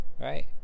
right